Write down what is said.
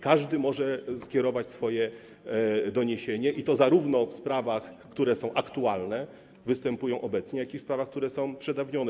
Każdy może skierować swoje doniesienie, i to zarówno w sprawach, które są aktualne, występują obecnie, jak i w sprawach, które są przedawnione.